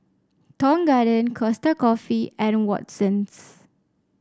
Tong Garden Costa Coffee and Watsons